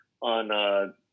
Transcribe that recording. on